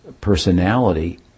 personality